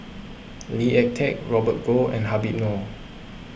Lee Ek Tieng Robert Goh and Habib Noh